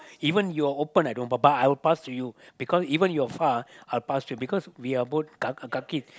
even you're open I don't want bye bye I will pass to you because even you're far ah I'll pass you because we're both uh ka~ kaki